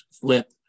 flip